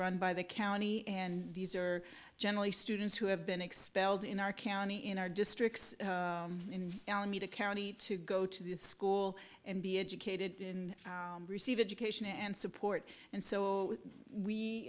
run by the county and these are generally students who have been expelled in our county in our district in alameda county to go to the school and be educated in receive education and support and so we